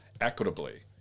equitably